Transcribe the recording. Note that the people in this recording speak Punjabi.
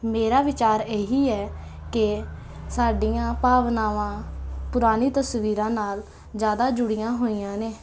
ਮੇਰਾ ਵਿਚਾਰ ਇਹੀ ਹੈ ਕਿ ਸਾਡੀਆਂ ਭਾਵਨਾਵਾਂ ਪੁਰਾਣੀ ਤਸਵੀਰਾਂ ਨਾਲ ਜ਼ਿਆਦਾ ਜੁੜੀਆਂ ਹੋਈਆਂ ਨੇ